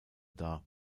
dar